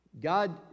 God